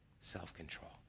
self-control